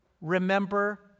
remember